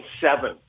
seven